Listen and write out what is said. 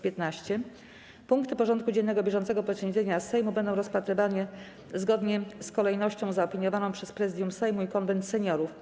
Punkty porządku dziennego bieżącego posiedzenia Sejmu będą rozpatrywane zgodnie z kolejnością zaopiniowaną przez Prezydium Sejmu i Konwent Seniorów.